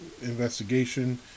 investigation